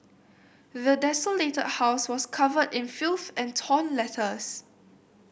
the desolated house was covered in filth and torn letters